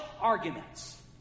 arguments